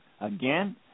again